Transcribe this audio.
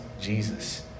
Jesus